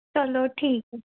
ਚਲੋ ਠੀਕ ਹੈ